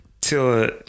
till